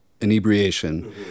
inebriation